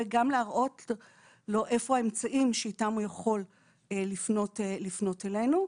וגם להראות לו איפה האמצעים שאיתם הוא יכול לפנות אלינו.